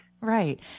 Right